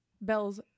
Bell's